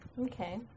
Okay